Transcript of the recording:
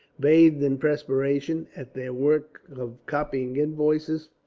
bathed in perspiration, at their work of copying invoices,